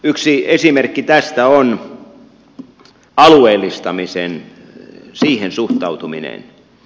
yksi esimerkki tästä on alueellistaminen siihen suhtautuminen